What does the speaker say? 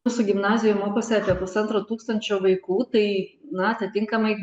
mūsų gimnazijoj mokosi apie pusantro tūkstančio vaikų tai na atitinkamai